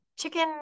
chicken